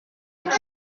кибет